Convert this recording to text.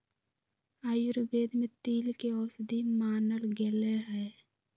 आयुर्वेद में तिल के औषधि मानल गैले है